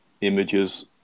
Images